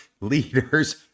leaders